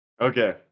Okay